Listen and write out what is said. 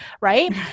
right